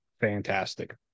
fantastic